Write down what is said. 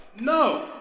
No